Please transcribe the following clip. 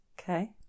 Okay